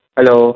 Hello